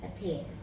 appears